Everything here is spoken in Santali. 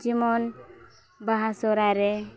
ᱡᱮᱢᱚᱱ ᱵᱟᱦᱟ ᱥᱚᱦᱨᱟᱭ ᱨᱮ